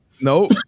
Nope